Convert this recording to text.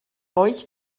euch